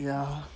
ya